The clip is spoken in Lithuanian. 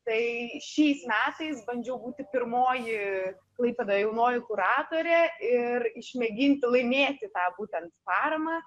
tai šiais metais bandžiau būti pirmoji klaipėdoj jaunoji kuratorė ir išmėginti laimėti tą būtent paramą